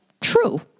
true